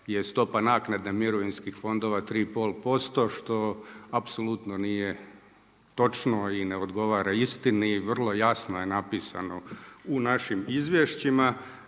je stopa naknade mirovinskih fondova 3 i pol posto što apsolutno nije točno i ne odgovara istini. Vrlo jasno je napisano u našim izvješćima.